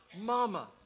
Mama